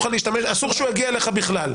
אסור שהוא יגיע אליך בכלל.